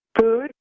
food